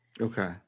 Okay